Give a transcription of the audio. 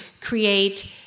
create